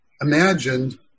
imagined